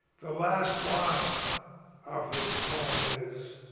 the last line of his poem is,